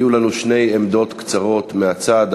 יהיו לנו שתי עמדות קצרות מהצד,